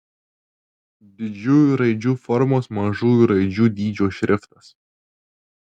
didžiųjų raidžių formos mažųjų raidžių dydžio šriftas